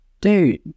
dude